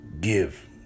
give